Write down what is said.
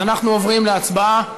אז אנחנו עוברים להצבעה.